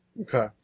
Okay